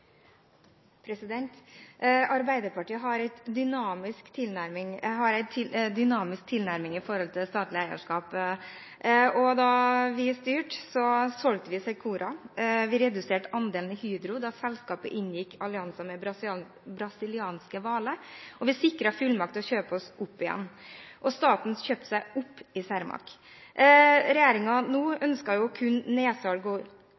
dynamisk tilnærming til statlig eierskap, og da vi styrte, solgte vi Secora. Vi reduserte andelen i Hydro da selskapet inngikk allianse med brasilianske Vale, og vi sikret fullmakt til å kjøpe oss opp igjen. Og staten kjøpte seg opp i Cermaq. Regjeringen nå ønsker kun nedsalg